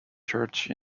church